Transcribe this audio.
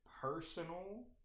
personal